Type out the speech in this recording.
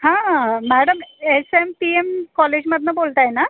हा madam S M P M कॉलेजमधून बोलत आहे ना